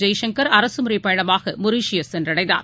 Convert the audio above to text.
ஜெய்சங்கர் அரசுமுறைப் பயணமாகமொரீசியஸ் சென்றடைந்தார்